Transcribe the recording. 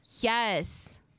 Yes